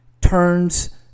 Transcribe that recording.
turns